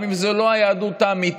גם אם זאת לא היהדות האמיתית,